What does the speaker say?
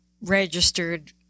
registered